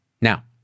now